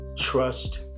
Trust